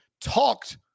talked